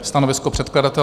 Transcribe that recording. Stanovisko předkladatele?